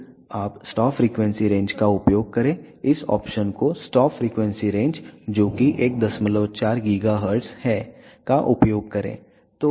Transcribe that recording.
फिर आप stop frequency range का उपयोग करें इस ऑप्शन को स्टॉप फ़्रीक्वेंसी रेंज जो कि 14 GHz है का उपयोग करें